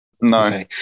no